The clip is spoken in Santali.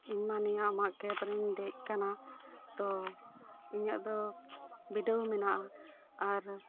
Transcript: ᱤᱧ ᱢᱟ ᱟᱢᱟᱜ ᱠᱮᱵᱽ ᱨᱮᱧ ᱫᱮᱡ ᱟᱠᱟᱱᱟ ᱛᱚ ᱤᱧᱟᱹᱜ ᱫᱚ ᱵᱤᱰᱟᱹᱣ ᱢᱮᱱᱟᱜᱼᱟ